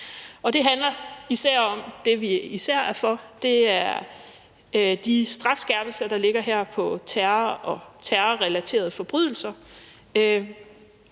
for, handler især om de strafskærpelser, der ligger i forhold til terror og terrorrelaterede forbrydelser.